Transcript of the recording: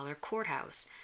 courthouse